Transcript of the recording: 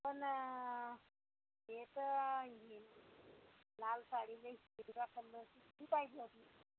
पण हे तर लाल साडी ती पाहिजे होती